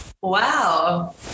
Wow